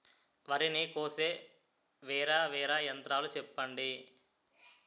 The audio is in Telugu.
వరి ని కోసే వేరా వేరా యంత్రాలు చెప్పండి?